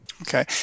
Okay